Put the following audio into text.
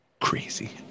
crazy